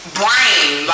brain